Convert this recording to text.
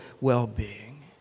well-being